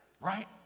right